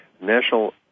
National